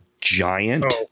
giant